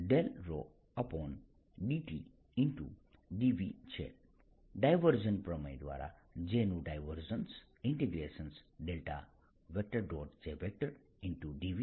dV છે divergence પ્રમેય દ્વારા J નું ડાયવર્જન્સ